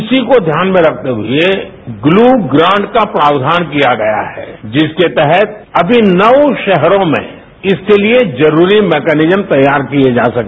इसी को ध्यान में रखते हुए ग्लू ग्रांट का प्रावधान किया गया है जिसके तहत अमी नौ शहरों में इसके लिए जरूरी मैकेनिज्म तैयार किए जा सके